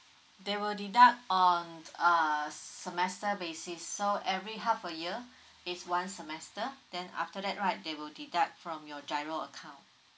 they will deduct on err semester basis so every half a year is one semester then after that right they will deduct from your G_I_R_O account